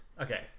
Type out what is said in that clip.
Okay